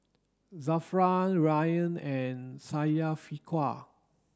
Zafran Ryan and Syafiqah